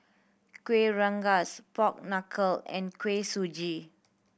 Kueh Rengas pork knuckle and Kuih Suji